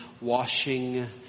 washing